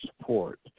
support